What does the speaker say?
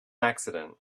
accident